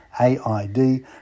a-i-d